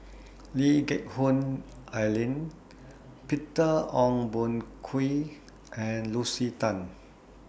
Lee Geck Hoon Ellen Peter Ong Boon Kwee and Lucy Tan